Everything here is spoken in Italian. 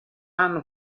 anno